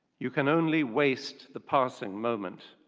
you can only waste the passing moment.